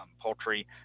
poultry